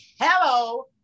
hello